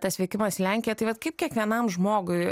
tas vykimas į lenkiją taip vat kaip kiekvienam žmogui